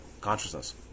consciousness